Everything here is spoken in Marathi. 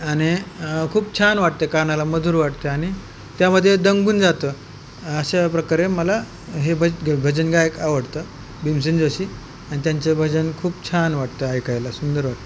आणि खूप छान वाटते कानाला मधुर वाटते आणि त्यामध्ये दंगून जातं अशा प्रकारे मला हे भज भजन गायक आवडतं भीमसेन जोशी आणि त्यांचं भजन खूप छान वाटतं ऐकायला सुंदर वाटते